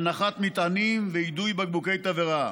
הנחת מטענים ויידוי בקבוקי תבערה.